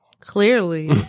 Clearly